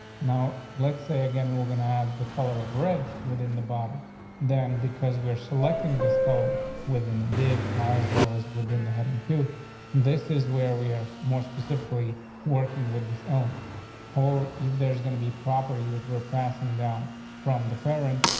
now let's say again, we're gonna have the color of red within the body then because we're selecting this color within the dave as well as within the heading to this is where we're more specifically working with this element whole. if there's gonna be property that we're passing down from the parent,